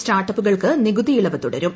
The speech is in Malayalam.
സ്റ്റാർട്ടപ്പുകൾക്ക് നികുതി ഇളവ് തുടരും